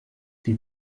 die